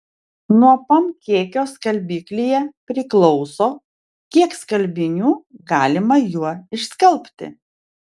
nuo pam kiekio skalbiklyje priklauso kiek skalbinių galima juo išskalbti